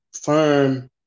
firm